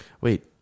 wait